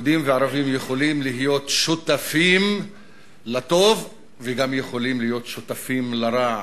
יהודים וערבים יכולים להיות שותפים לטוב וגם יכולים להיות שותפים לרע.